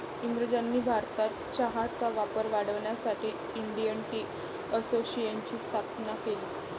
इंग्रजांनी भारतात चहाचा वापर वाढवण्यासाठी इंडियन टी असोसिएशनची स्थापना केली